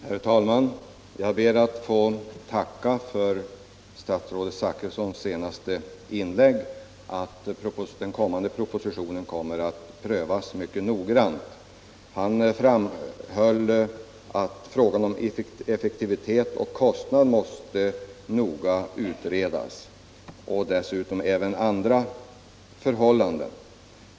Herr talman! Jag ber att få tacka för beskedet i statsrådet Zachrissons senaste inlägg att en noggrann prövning kommer att ske innan propositionen läggs fram. Han framhöll att frågan om effektivitet och kostnad måste noga utredas och dessutom även andra förhållanden.